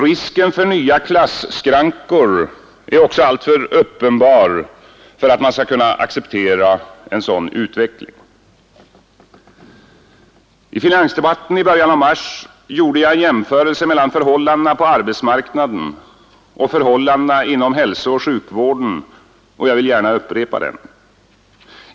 Risken för nya klasskrankor är också alltför uppenbar för att man skall kunna acceptera en sådan utveckling. I finansdebatten i början av mars gjorde jag en jämförelse mellan förhållandena på arbetsmarknaden och förhållandena inom hälsooch sjukvården, och jag vill gärna upprepa den.